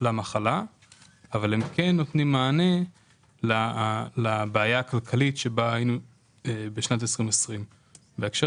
למחלה אבל נותנים מענה לבעיה הכלכלית שבאה בשנת 2020. בהקשר